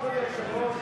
אדוני היושב-ראש,